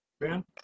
Ben